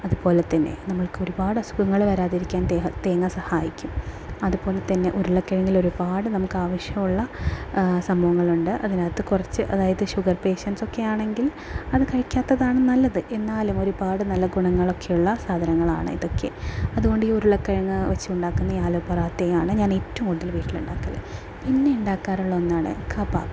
അതുപോലെ തന്നെ നമുക്കൊരുപാട് അസുഖങ്ങൾ വരാതിരിക്കാൻ തേങ്ങ സഹായിക്കും അതുപോലെ തന്നെ ഉരുളക്കിഴങ്ങിലൊരുപാട് നമുക്കാവശ്യമുള്ള സംഭവങ്ങളുണ്ട് അതിനകത്ത് കുറച്ച് അതായത് ഷുഗർ പേഷ്യൻറ്റ്സൊക്കെയാണെങ്കിൽ അത് കഴിക്കാത്തതാണ് നല്ലത് എന്നാലും ഒരുപാട് നല്ല ഗുണങ്ങളൊക്കെയുള്ള സാധനങ്ങളാണ് ഇതൊക്കെ അതുകൊണ്ട് ഈ ഉരുളക്കിഴങ്ങ് വെച്ചുണ്ടാക്കുന്ന ഈ ആലു പൊറാത്തയാണ് ഞാൻ ഏറ്റവും കൂടുതൽ വീട്ടിൽ ഉണ്ടാക്കൽ പിന്നെ ഉണ്ടാക്കാറുള്ള ഒന്നാണ് കബാബ്